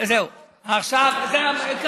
עכשיו לא ההיסטוריה, מה החוק עכשיו.